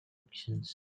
actions